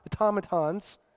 automatons